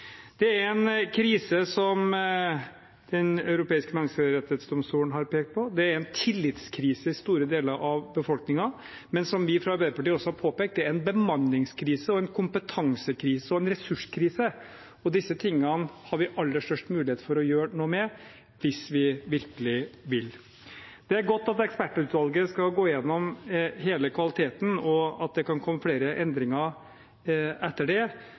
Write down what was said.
Det er en krise Den europeiske menneskerettsdomstol har pekt på, en tillitskrise i store deler av befolkningen. Men som vi i Arbeiderpartiet har påpekt, er det også en bemanningskrise, en kompetansekrise og en ressurskrise, og disse tingene har vi aller størst mulighet for å gjøre noe med hvis vi virkelig vil. Det er godt at ekspertutvalget skal gå igjennom hele kvaliteten, og at det kan komme flere endringer etter det,